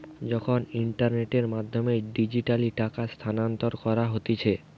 যখন ইন্টারনেটের মাধ্যমে ডিজিটালি টাকা স্থানান্তর করা হতিছে